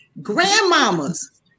grandmamas